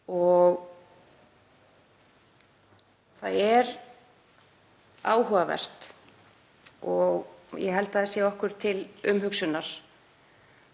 Það er áhugavert, og ég held að það sé okkur til umhugsunar,